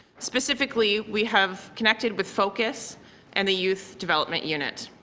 specifically we have connected with focus and the youth development unit.